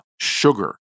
sugar